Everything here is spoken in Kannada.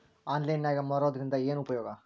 ಆನ್ಲೈನ್ ನಾಗ್ ಮಾರೋದ್ರಿಂದ ಏನು ಉಪಯೋಗ?